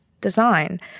design